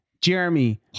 Jeremy